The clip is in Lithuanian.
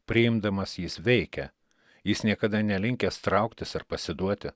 priimdamas jis veikia jis niekada nelinkęs trauktis ar pasiduoti